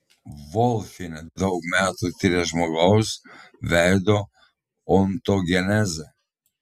volfienė daug metų tiria žmogaus veido ontogenezę